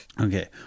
Okay